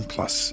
Plus